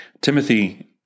Timothy